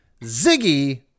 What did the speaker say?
Ziggy